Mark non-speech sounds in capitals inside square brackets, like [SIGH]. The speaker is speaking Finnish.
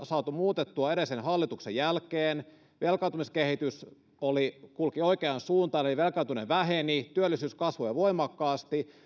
[UNINTELLIGIBLE] saatu muutettua edellisen hallituksen jälkeen velkaantumiskehitys kulki oikeaan suuntaan eli velkaantuminen väheni ja työllisyys kasvoi voimakkaasti